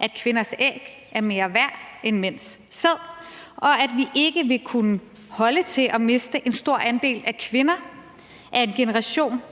at kvinders æg er mere værd end mænds sæd, og at vi ikke ville kunne holde til at miste en stor andel kvinder i en generation